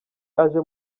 aje